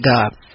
God